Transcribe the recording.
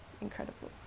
incredible